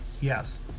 Yes